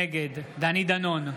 נגד דני דנון,